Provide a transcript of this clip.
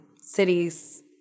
cities